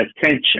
attention